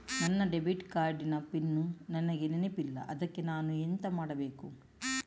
ನನ್ನ debit card ನ pin ನನಗೆ ನೆನಪಿಲ್ಲ ಅದ್ಕೆ ನಾನು ಎಂತ ಮಾಡಬೇಕು?